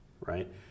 right